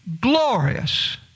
glorious